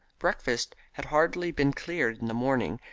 breakfast had hardly been cleared in the morning,